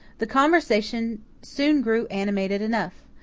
the conversation soon grew animated enough.